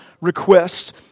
requests